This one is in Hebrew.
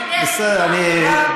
בסדר.